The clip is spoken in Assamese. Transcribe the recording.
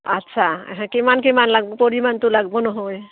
আচ্ছা কিমান কিমান লাগব পৰিমাণটো লাগব নহয়